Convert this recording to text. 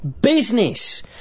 business